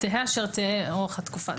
תהא אשר תהא אורך התקופה.